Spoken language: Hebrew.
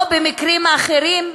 או במקרים אחרים,